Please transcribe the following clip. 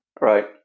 Right